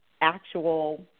actual